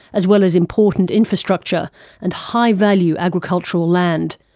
as well as important infrastructure and high-value agricultural land,